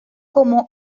como